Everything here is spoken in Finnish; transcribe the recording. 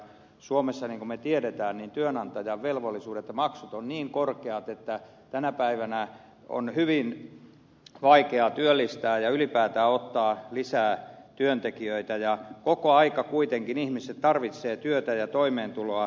suomessa niin kuin me tiedämme työnantajan velvollisuudet ja maksut ovat niin korkeat että tänä päivänä on hyvin vaikeaa työllistää ja ylipäätään ottaa lisää työntekijöitä ja koko aika kuitenkin ihmiset tarvitsevat työtä ja toimeentuloa